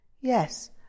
Yes